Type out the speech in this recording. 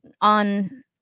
on